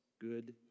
good